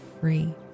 free